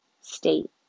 state